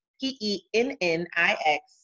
P-E-N-N-I-X